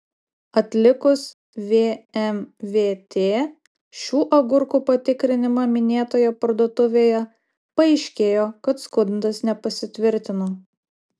atlikus vmvt šių agurkų patikrinimą minėtoje parduotuvėje paaiškėjo kad skundas nepasitvirtino